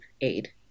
aid